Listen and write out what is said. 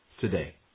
today